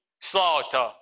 slaughter